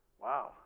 Wow